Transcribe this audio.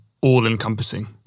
all-encompassing